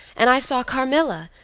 and i saw carmilla,